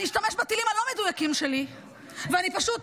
אני אשתמש בטילים הלא-מדויקים שלי ואני פשוט